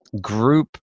group